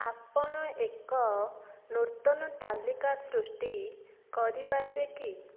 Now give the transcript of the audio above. ଆପଣ ଏକ ନୂତନ ତାଲିକା ସୃଷ୍ଟି କରିପାରିବେ କି